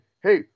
hey